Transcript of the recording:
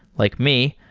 like me,